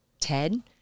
Ted